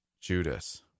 Judas